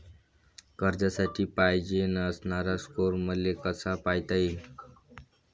कर्जासाठी पायजेन असणारा स्कोर मले कसा पायता येईन?